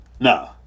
No